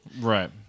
Right